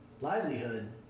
livelihood